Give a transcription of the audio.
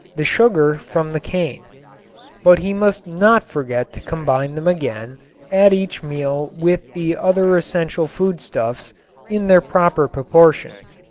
the sugar from the cane but he must not forget to combine them again at each meal with the other essential foodstuffs in their proper proportion.